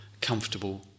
comfortable